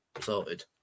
Sorted